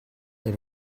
and